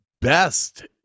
best